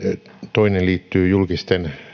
toinen liittyy julkisten